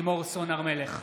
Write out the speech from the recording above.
לימור סון הר מלך,